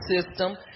system